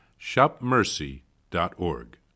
shopmercy.org